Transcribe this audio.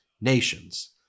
nations